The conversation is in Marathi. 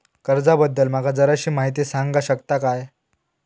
कर्जा बद्दल माका जराशी माहिती सांगा शकता काय?